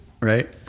Right